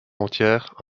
entière